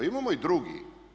Imamo i drugi.